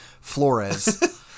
Flores